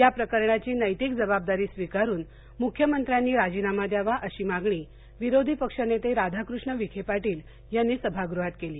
या प्रकरणाची नैतिक जबाबदारी स्वीकारून मुख्यमंत्र्यांनी राजीनामा द्यावा अशी मागणी विरोधी पक्षनेते राधाकृष्ण विखे पाटील यांनी सभागृहात केली